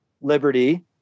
liberty